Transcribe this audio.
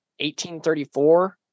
1834